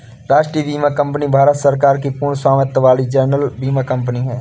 राष्ट्रीय बीमा कंपनी भारत सरकार की पूर्ण स्वामित्व वाली जनरल बीमा कंपनी है